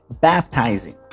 baptizing